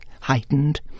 heightened